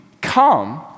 come